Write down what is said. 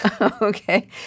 Okay